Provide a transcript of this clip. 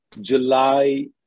July